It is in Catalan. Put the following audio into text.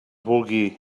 vulgui